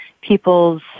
people's